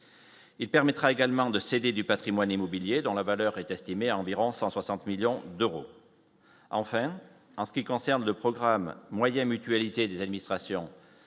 Il permettra également de céder du Patrimoine immobilier dont la valeur est estimée à environ 160 millions d'euros, enfin en ce qui concerne le programme moyens mutualisés, des administrations